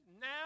now